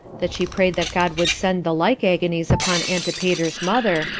that she prayed that god would send the like agonies upon antipater's mother,